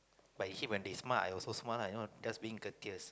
like you see when they smile I also smile you know just being courteous